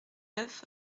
neuf